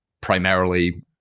primarily